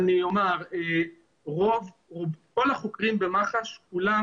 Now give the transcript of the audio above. כל החוקרים במח"ש כולם